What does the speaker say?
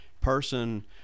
person